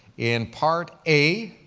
in part a,